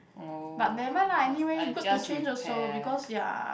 oh but I just repair